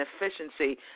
efficiency